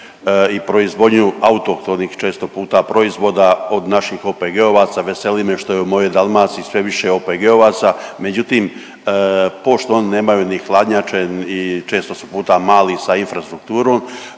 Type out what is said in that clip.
i proizvodnju autohtonih često puta proizvoda od naših OPG-ovaca. Veseli me što je u mojoj Dalmaciji sve više OPG-ovaca, međutim pošto oni nemaju ni hladnjače i često su puta mali sa infrastrukturom